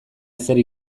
ezer